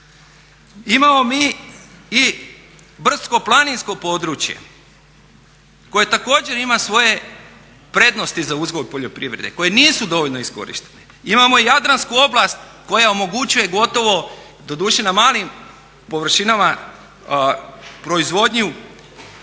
Imamo mi i brdsko-planinsko područje koje također ima svoje prednosti za uzgoj poljoprivrede koje nisu dovoljno iskorištene. Imamo jadransku oblast koja omogućuje gotovo doduše na malim površinama proizvodnju,